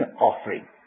offering